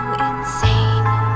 insane